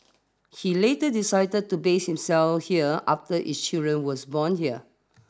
he later decided to base himself here after is children were born here